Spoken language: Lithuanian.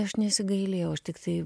aš nesigailėjau aš tiktai